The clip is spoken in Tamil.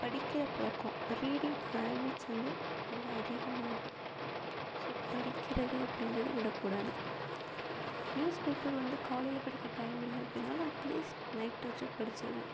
படிக்கிற பழக்கோம் ரீடிங் ஹாபிட்ஸ் வந்து நல்லா அதிகமாகும் ஸோ படிக்கிறது அப்படின்றது விடக்கூடாது நியூஸ் பேப்பர் வந்து காலையில் படிக்க டைம் இல்லை அப்படின்னாலும் அட்லீஸ்ட் நைட்டாச்சும் படிச்சுடுவேன்